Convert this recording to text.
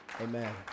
amen